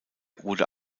wurde